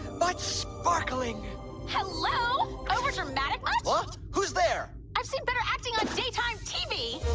but sparkling hello over to matt across who's there i've seen better acting on daytime tv